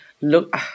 look